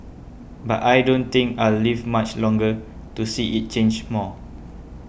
but I don't think I'll live much longer to see it change more